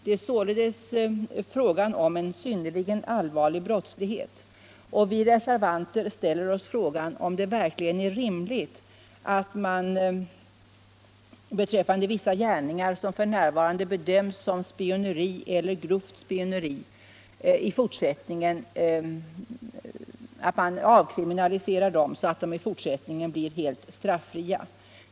Det är således fråga om en synnerligen allvarlig brottslighet, och vi reservanter ställer oss frågan om det verkligen är rimligt att vissa gärningar, som f. n. bedöms som spioneri eller grovt spioneri, i fortsättningen avkriminaliseras så att de i fortsättningen blir helt straffria.